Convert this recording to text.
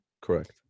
Correct